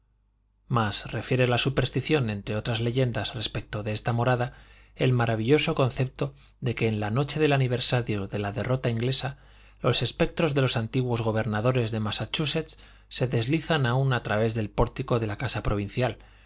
mas refiere la superstición entre otras leyendas respecto de esta morada el maravilloso concepto de que en la noche del aniversario de la derrota inglesa los espectros de los antiguos gobernadores de massachusetts se deslizan aun a través del pórtico de la casa provincial